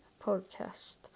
podcast